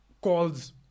calls